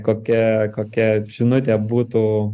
kokia kokia žinutė būtų